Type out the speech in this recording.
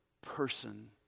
person